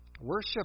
worship